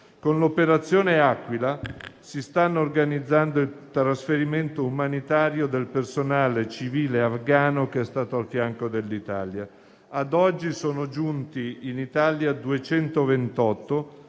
Con l'Operazione Aquila si sta organizzando il trasferimento umanitario del personale civile afghano che è stato al fianco dell'Italia. Ad oggi sono giunti in Italia 228